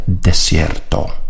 Desierto